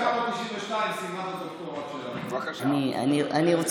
ב-1992 סיימה את הדוקטורט שלה, לא היו